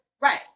Right